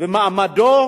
מעמדו